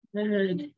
Good